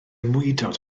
mwydod